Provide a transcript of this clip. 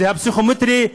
זה הפסיכומטרי,